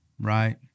right